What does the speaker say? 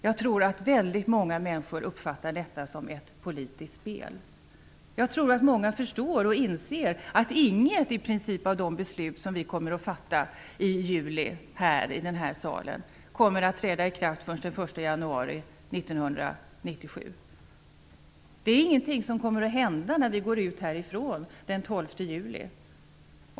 Jag tror att väldigt många människor uppfattar detta som ett politiskt spel. Jag tror att många förstår och inser att i princip inget av de beslut som vi kommer att fatta i juli i denna sal kommer att träda i kraft förrän den 1 januari 1997. Det kommer inte att hända någonting när vi går ut härifrån den 12 juli.